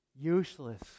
useless